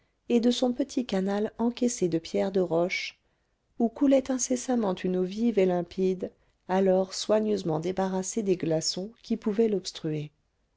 et de son petit canal encaissé de pierres de roche où coulait incessamment une eau vive et limpide alors soigneusement débarrassée des glaçons qui pouvaient l'obstruer